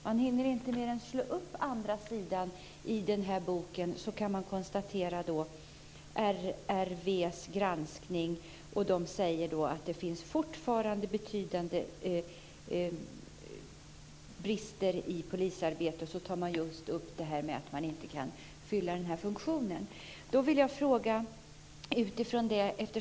Man hinner inte mer än att slå upp andra sidan i den bok som jag har i min hand förrän man kan konstatera att RRV:s granskning visar att det fortfarande finns betydande brister i polisarbetet. Man tar just upp detta med att man inte kan fylla den här funktionen.